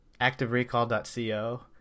activerecall.co